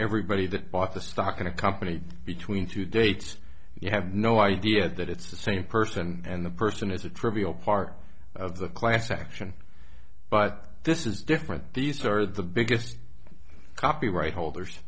everybody that bought the stock in a company between two dates you have no idea that it's the same person and the person is a trivial part of the class action but this is different these are the biggest copyright holders